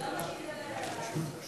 הגיע הזמן שתבינו שהאמת בפרצוף היא כואבת.